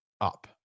up